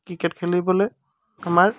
cricket খেলিবলৈ আমাৰ